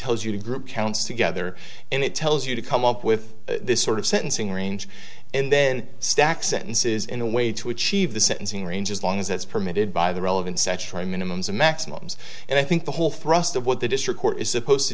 tells you to group counts together and it tells you to come up with this sort of sentencing range and then stack sentences in a way to achieve the sentencing range as long as it's permitted by the relevant section minimums or maximums and i think the whole thrust of what the district court is supposed to